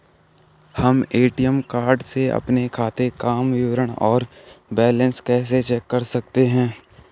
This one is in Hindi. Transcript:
हम ए.टी.एम कार्ड से अपने खाते काम विवरण और बैलेंस कैसे चेक कर सकते हैं?